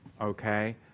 okay